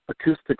acoustic